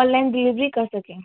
on line delivery کر سکیں